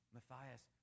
Matthias